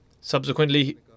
Subsequently